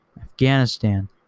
Afghanistan